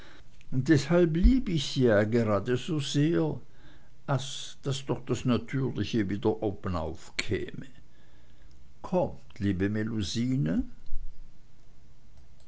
deshalb lieb ich sie ja gerade so sehr ach daß doch das natürliche wieder obenauf käme kommt liebe